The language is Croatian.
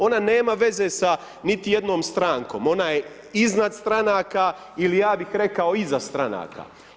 Ona nema veze sa niti jednom strankom, ona je iznad stranka ili ja bi rekao iza stranaka.